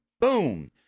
Boom